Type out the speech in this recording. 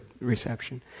reception